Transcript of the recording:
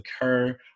occur